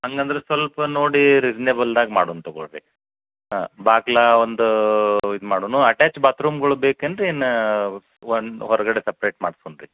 ಹಂಗಂದ್ರೆ ಸ್ವಲ್ಪ ನೋಡಿ ರಿಸ್ನೇಬಲ್ದಾಗ ಮಾಡೂಣ್ ತಗೋಳ್ಳಿ ರೀ ಹಾಂ ಬಾಗ್ಲು ಒಂದು ಇದು ಮಾಡೋಣು ಅಟ್ಯಾಚ್ ಬಾತ್ರೂಮ್ಗಳು ಬೇಕೇನು ರೀ ಇನ್ನು ಒಂದು ಹೊರಗಡೆ ಸಪ್ರೇಟ್ ಮಾಡ್ಸೂಣ್ ರೀ